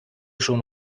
schon